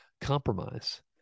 compromise